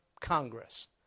Congress